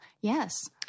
Yes